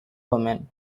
omen